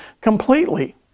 completely